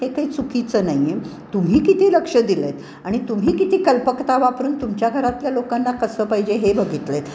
हे काही चुकीचं नाही आहे तुम्ही किती लक्ष दिलं आहेत आणि तुम्ही किती कल्पकता वापरून तुमच्या घरातल्या लोकांना कसं पाहिजे हे बघितलं आहेत